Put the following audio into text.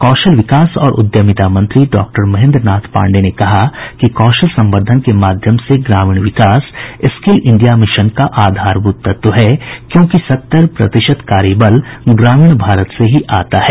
कौशल विकास और उद्यमिता मंत्री डॉक्टर महेन्द्र नाथ पांडेय ने कहा कि कौशल संवर्धन के माध्यम से ग्रामीण विकास स्किल इंडिया मिशन का आधारभूत तत्व है क्योंकि सत्तर प्रतिशत कार्यबल ग्रामीण भारत से ही आता है